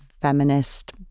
feminist